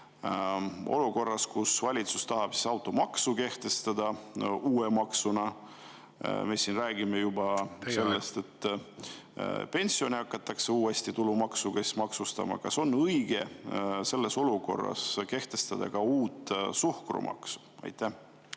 olukorras, kus valitsus tahab automaksu kehtestada uue maksuna ja me räägime juba sellest, et pensione hakatakse uuesti tulumaksuga maksustama, on õige kehtestada ka uus suhkrumaks? Aitäh!